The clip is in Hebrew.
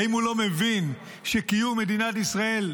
האם הוא לא מבין שקיום מדינת ישראל,